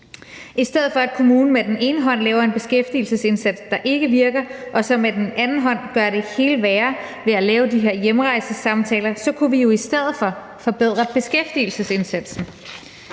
I stedet for at kommunen med den ene hånd laver en beskæftigelsesindsats, der ikke virker, og så med den anden hånd gør det hele værre ved at lave de her hjemrejsesamtaler, så kunne vi jo i stedet for forbedre beskæftigelsesindsatsen.